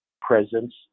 presence